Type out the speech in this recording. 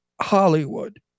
Hollywood